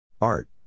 Art